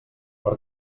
per